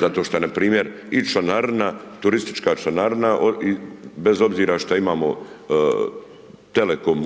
zato što npr. i članarina, turistička članarina, bez obzira što imamo telekom,